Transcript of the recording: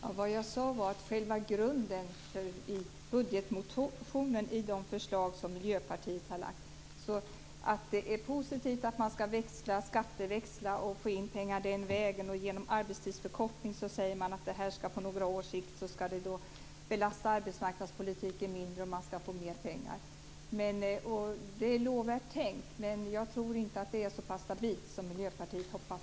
Herr talman! Vad jag sade gällde själva grunden för budgetmotionen och de förslag som Miljöpartiet har lagt fram. Det är positivt att man skall skatteväxla och få in pengar den vägen, och genom arbetstidsförkortning säger man att det här på några års sikt skall belasta arbetsmarknadspolitiken mindre. Man skall få mer pengar. Det är lovvärt tänkt. Men jag tror inte att det är så stabilt som Miljöpartiet hoppas.